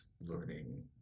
learning